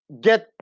get